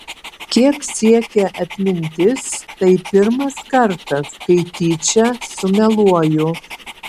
kiek siekia atmintis tai pirmas kartas kai tyčia sumeluoju